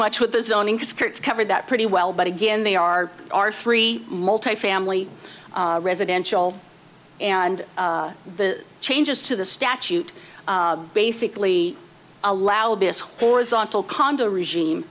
much with the zoning skirts covered that pretty well but again they are our three multifamily residential and the changes to the statute basically allow this horizontal condo regime